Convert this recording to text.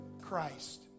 Christ